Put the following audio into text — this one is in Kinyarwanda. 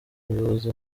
umuyobozi